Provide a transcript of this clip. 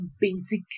basic